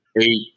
eight